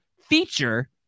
feature